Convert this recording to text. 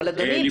אבל אדוני,